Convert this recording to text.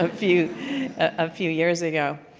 ah few ah few years ago.